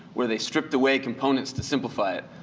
where they stripped away components to simplify it.